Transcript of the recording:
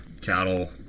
cattle